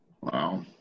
Wow